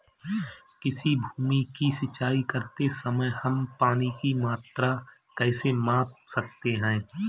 किसी भूमि की सिंचाई करते समय हम पानी की मात्रा कैसे माप सकते हैं?